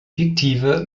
fiktive